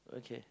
okay